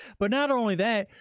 but not only that,